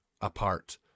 apart